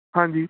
ਹਾਂਜੀ